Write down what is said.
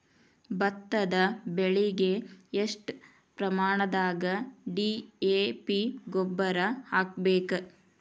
ಭತ್ತದ ಬೆಳಿಗೆ ಎಷ್ಟ ಪ್ರಮಾಣದಾಗ ಡಿ.ಎ.ಪಿ ಗೊಬ್ಬರ ಹಾಕ್ಬೇಕ?